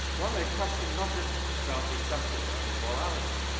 one may question not just about injustice or immorality,